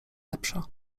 lepsza